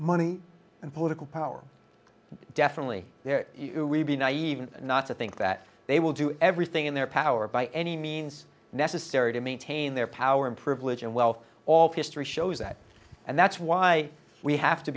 money and political power and definitely there you be naive and not to think that they will do everything in their power by any means necessary to maintain their power and privilege and wealth all history shows that and that's why we have to